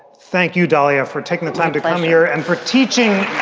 thank you, dalia, for taking the time to come here and for teaching